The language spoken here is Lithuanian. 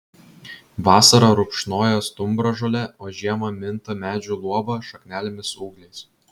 vasarą rupšnoja stumbražolę o žiemą minta medžių luoba šaknelėmis ūgliais